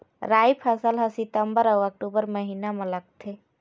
राई फसल हा सितंबर अऊ अक्टूबर महीना मा लगथे